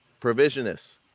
provisionists